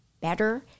better